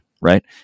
Right